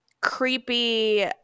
creepy